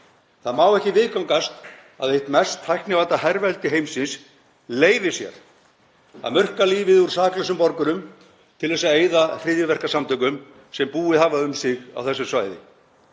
Það má ekki viðgangast að eitt mest tæknivædda herveldi heimsins leyfi sér að murka lífið úr saklausum borgurum til að eyða hryðjuverkasamtökum sem búið hafa um sig á þessu svæði.